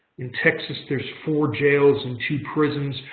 in texas, there's four jails and two prisons.